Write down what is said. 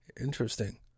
Interesting